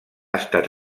estat